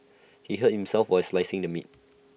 he hurt himself while slicing the meat